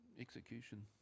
execution